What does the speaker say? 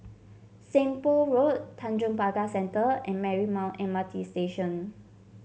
Seng Poh Road Tanjong Pagar Centre and Marymount M R T Station